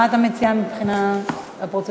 מה אתה מציע מבחינת הפרוצדורה?